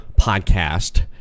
podcast